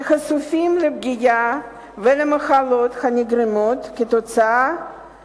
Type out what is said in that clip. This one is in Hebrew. שחשופים לפגיעות ולמחלות הנגרמות כתוצאה